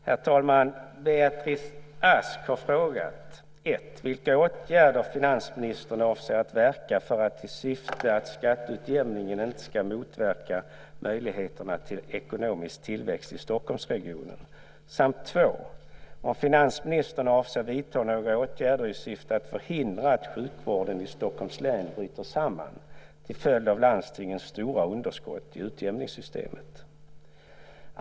Herr talman! Beatrice Ask har frågat vilka åtgärder finansministern avser att verka för i syfte att skatteutjämningen inte ska motverka möjligheterna till ekonomisk tillväxt i Stockholmsregionen samt om finansministern avser vidta några åtgärder i syfte att förhindra att sjukvården i Stockholms län bryter samman till följd av landstingens stora underskott till utjämningssystemet.